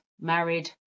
married